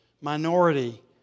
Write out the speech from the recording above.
minority